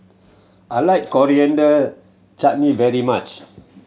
I like Coriander Chutney very much